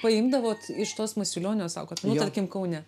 paimdavot iš tos masilionio sakot nu tarkim kaune